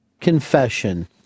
confession